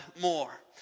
more